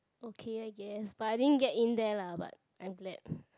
okay I guess but I didn't get in there lah but I'm glad